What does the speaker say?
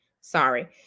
Sorry